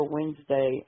Wednesday